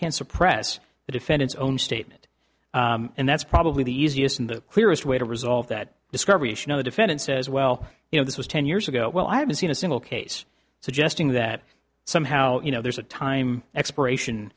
can suppress the defendant's own statement and that's probably the easiest in the clearest way to resolve that discovery the defendant says well you know this was ten years ago well i haven't seen a single case suggesting that somehow you know there's a time expiration